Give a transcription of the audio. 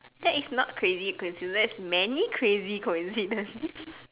that is not crazy coincidence that is many crazy coincidence